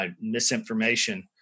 Misinformation